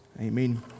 Amen